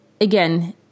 again